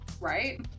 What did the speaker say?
right